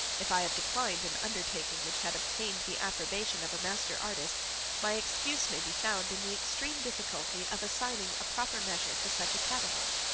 if i have declined an undertaking which had obtained the approbation of a master-artist, my excuse may be found in the extreme difficulty of assigning a proper measure to such a catalogue.